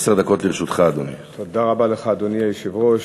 אדוני היושב-ראש,